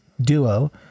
duo